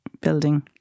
building